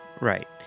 right